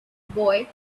boy